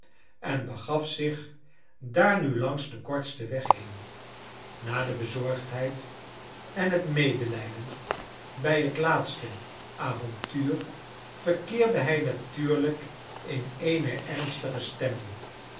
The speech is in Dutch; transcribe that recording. en begaf zich daar nu langs den kortsten weg heen na de bezorgdheid en het medelijden bij het laatste avontuur verkeerde hij natuurlijk in eene ernstige stemming